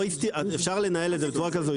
אפשר לנהל את זה בצורה כזו,